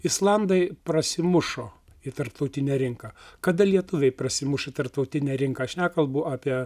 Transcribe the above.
islandai prasimušo į tarptautinę rinką kada lietuviai prasimuš į tarptautinę rinką aš nekalbu apie